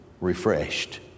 refreshed